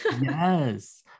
yes